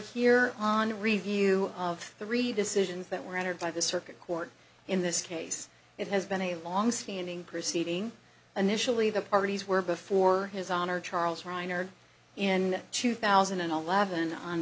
here on review of the re decisions that were entered by the circuit court in this case it has been a longstanding proceeding initially the parties were before his honor charles reiner in two thousand and eleven on